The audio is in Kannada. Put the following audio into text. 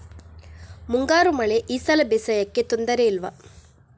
ಮುಂಗಾರು ಮಳೆ ಈ ಸಲ ಬೇಸಾಯಕ್ಕೆ ತೊಂದರೆ ಇಲ್ವ?